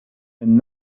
and